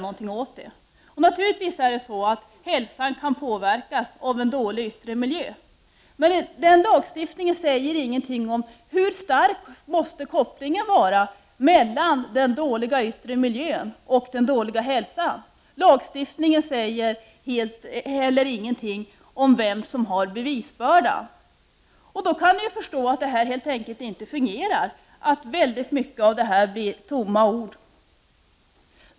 Naturligtvis kan hälsan påverkas av en dålig yttre miljö, men denna lag säger ingenting om hur stark kopplingen mellan den dåliga yttre miljön och den dåliga hälsan måste vara. Lagstiftningen säger heller ingenting om vem som har bevisbördan. Man kan då förstå att mycket av detta helt enkelt inte fungerar och bara är tomma ord.